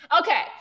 okay